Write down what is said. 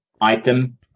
item